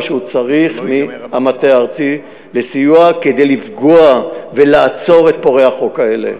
שהוא צריך מהמטה הארצי לסיוע כדי לפגוע ולעצור את פורעי החוק האלה,